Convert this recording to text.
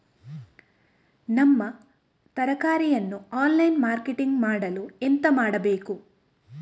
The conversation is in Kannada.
ನಮ್ಮ ತರಕಾರಿಯನ್ನು ಆನ್ಲೈನ್ ಮಾರ್ಕೆಟಿಂಗ್ ಮಾಡಲು ಎಂತ ಮಾಡುದು?